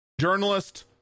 journalist